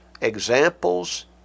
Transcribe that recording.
examples